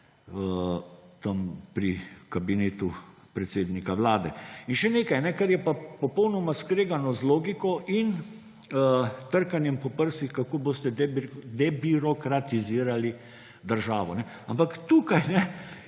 tam pri kabinetu predsednika Vlade. In še nekaj, kajne, kar je pa popolnoma skregano z logiko in trkanjem po prsih, kako boste debirokratizirali državo, ampak tukaj,